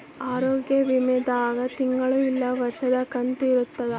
ಆರೋಗ್ಯ ವಿಮೆ ದಾಗ ತಿಂಗಳ ಇಲ್ಲ ವರ್ಷದ ಕಂತು ಇರುತ್ತ